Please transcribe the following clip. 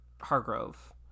Hargrove